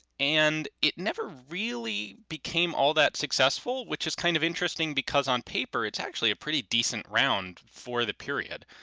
and it never really became all that successful, which is kind of interesting because on paper it's actually a pretty decent round for the period.